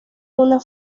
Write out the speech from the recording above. una